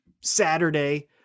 saturday